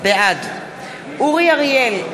בעד אורי אריאל,